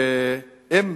ואם